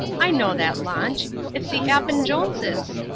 i know that launch. it's the appin-joneses'.